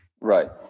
Right